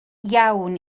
iawn